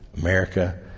America